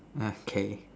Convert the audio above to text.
nah K